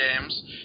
games